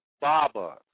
Baba